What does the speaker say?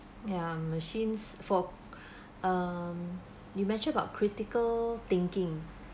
ya machines for um you mention about critical thinking